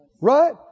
Right